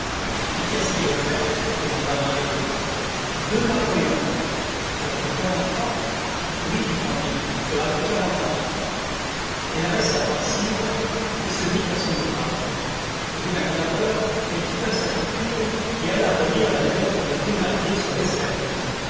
et qu'est-ce qu'il offrait demanda marguerite deux napoléons cela fait quarante francs oui dit fantine cela fait quarante francs elle resta pensive et se mit à son ouvrage au bout d'un quart d'heure elle quitta sa couture et alla relire la lettre des thénardier sur l'escalier